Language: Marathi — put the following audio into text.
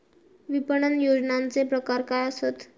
विपणन नियोजनाचे प्रकार काय आसत?